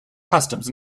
customs